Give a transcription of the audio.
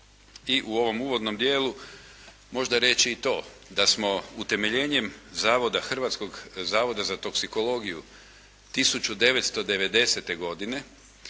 I u ovom uvodnom dijelu možda reći i to, da smo utemeljenjem Hrvatskog zavoda za toksikologiju 1990. godine